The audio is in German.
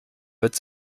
wird